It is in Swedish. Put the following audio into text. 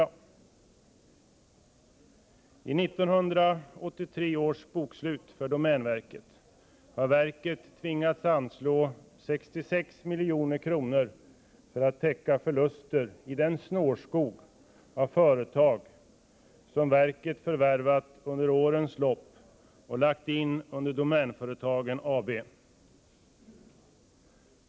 Enligt 1983 års bokslut för domänverket har verket tvingats anslå 66 milj.kr. för att täcka förluster i den snårskog av företag som verket förvärvat under årens lopp och lagt in under Domänföretagen AB.